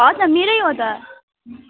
हजुर मेरो हो त